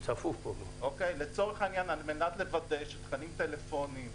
לצורך העניין כדי לוודא שתכנים טלפוניים